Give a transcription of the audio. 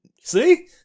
See